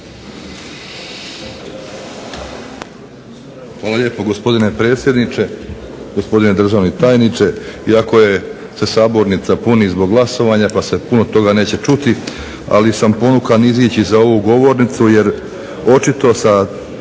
Hvala lijepo gospodine predsjedniče, gospodine državni tajniče. Iako je se sabornica puni zbog glasovanja, pa se puno toga neće čuti, ali sam ponukan izići za ovu govornicu jer očito sa